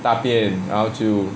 大便然后就